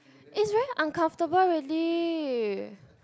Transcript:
it's very uncomfortable really